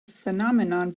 phenomenon